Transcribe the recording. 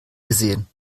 gesehen